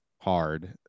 hard